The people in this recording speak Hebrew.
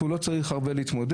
והוא לא צריך להתמודד.